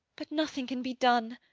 but nothing can be done!